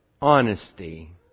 honesty